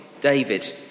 David